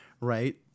Right